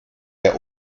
der